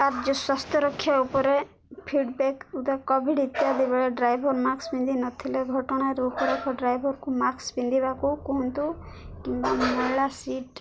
କାର୍ଯ୍ୟ ସ୍ୱାସ୍ଥ୍ୟ ରକ୍ଷା ଉପରେ ଫିଡ଼୍ବ୍ୟାକ୍ କୋଭିଡ଼୍ ଇତ୍ୟାଦି ବେଳେ ଡ୍ରାଇଭର୍ ମାସ୍କ୍ ପିନ୍ଧି ନଥିଲେ ଘଟଣାର ଉପରେ ଏକ ଡ୍ରାଇଭର୍କୁ ମାସ୍କ୍ ପିନ୍ଧିବାକୁ କୁହନ୍ତୁ କିମ୍ବା ମହିଳା ସିଟ୍